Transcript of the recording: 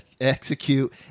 execute